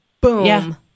boom